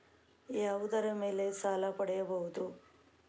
ಯಾವುದರ ಮೇಲೆ ಸಾಲ ಪಡೆಯಬಹುದು?